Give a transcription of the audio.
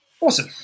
Awesome